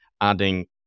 adding